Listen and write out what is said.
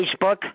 Facebook